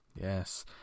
Yes